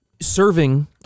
Serving